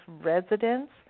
residents